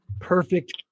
Perfect